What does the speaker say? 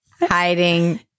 Hiding